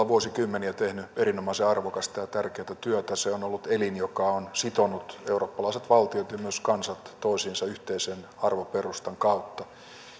vuosikymmeniä tehnyt erinomaisen arvokasta ja tärkeätä työtä se on ollut elin joka on sitonut eurooppalaiset valtiot ja myös kansat toisiinsa yhteisen arvoperustan kautta